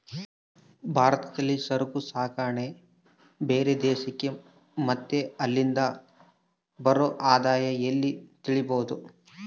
ಭಾರತದಲ್ಲಿ ಸರಕು ಸಾಗಣೆ ಬೇರೆ ದೇಶಕ್ಕೆ ಮತ್ತೆ ಅಲ್ಲಿಂದ ಬರೋ ಆದಾಯ ಎಲ್ಲ ತಿಳಿಬೋದು